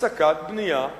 בהפסקת בנייה ליהודים,